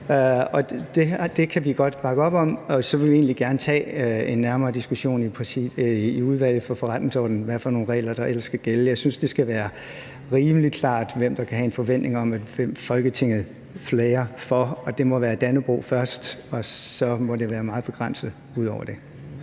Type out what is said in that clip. det kan vi godt bakke op om. Og så vil vi egentlig gerne tage en nærmere diskussion i Udvalget for Forretningsordenen om, hvad for nogle regler der ellers skal gælde. Jeg synes, det skal være rimelig klart, hvem der kan have en forventning om, at Folketinget flager for dem. Det må være Dannebrog først, og så må det være meget begrænset ud over det.